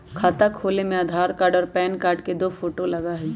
खाता खोले में आधार कार्ड और पेन कार्ड और दो फोटो लगहई?